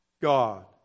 God